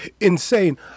insane